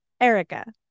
Erica